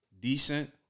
decent